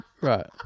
right